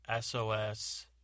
SOS